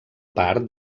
part